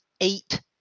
eight